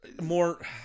More